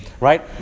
right